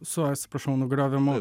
su atsiprašau nugriovimu